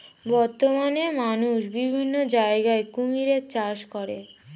বর্তমানে মানুষ বিভিন্ন জায়গায় কুমিরের চাষ করে